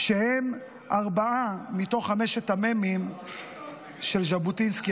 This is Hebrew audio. שהם ארבעה מחמשת המ"מים של ז'בוטינסקי,